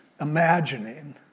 imagining